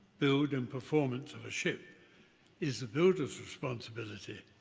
build and performance of a ship is a builder's responsibility.